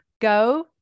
go